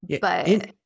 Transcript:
but-